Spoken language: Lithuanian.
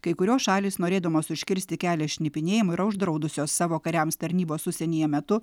kai kurios šalys norėdamos užkirsti kelią šnipinėjimui yra uždraudusios savo kariams tarnybos užsienyje metu